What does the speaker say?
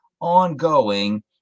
ongoing